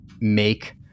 make